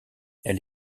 elle